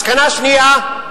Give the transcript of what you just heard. מסקנה שנייה,